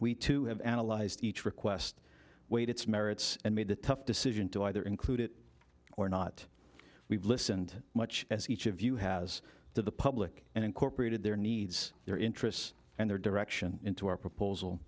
we to have analyzed each request weighed its merits and made the tough decision to either include it or not we've listened much as each of you has to the public and incorporated their needs their interests and their direction into our proposal